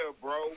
bro